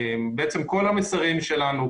בעצם כל המסרים שלנו,